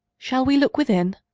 shall we look within?